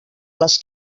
les